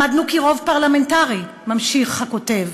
למדנו כי רוב פרלמנטרי נבחר" ממשיך הכותב,